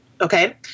Okay